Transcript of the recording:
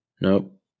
Nope